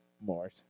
More